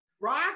Rock